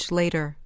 later